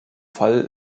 fall